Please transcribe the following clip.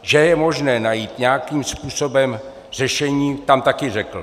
Že je možné najít nějakým způsobem řešení, tam také řekl.